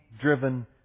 driven